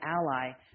ally